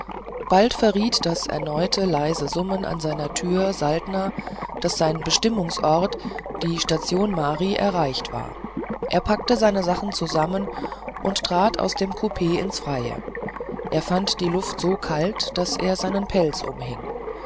bald verriet das erneute leise summen an seiner tür saltner daß sein bestimmungsort die station mari erreicht war er packte seine sachen zusammen und trat aus dem coup ins freie er fand die luft so kalt daß er seinen pelz umhing